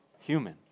human